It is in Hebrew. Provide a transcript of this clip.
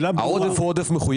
זה עודף מחויב.